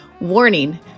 warning